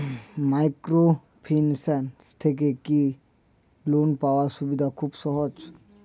Microfinance থেকে কি loan পাওয়ার সুবিধা খুব সহজ?